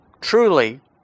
truly